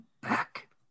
back